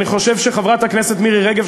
אני חושב שחברת הכנסת מירי רגב,